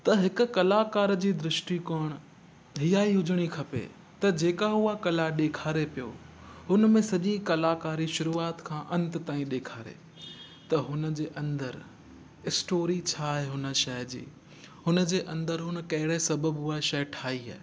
त हिक कलाकार जी दृष्टी इहेई हुजिणी खपे त जेका उहा कला ॾेखारे पियो हुनमें सॼी कलाकारी शूरूआत खां अंत ताईं ॾेखारे त हुनजे अंदरि स्टोरी छा आहे हुन शइ जी हुनजे अंदरि हुन कहिड़े सबबु उहा शइ ठाही आहे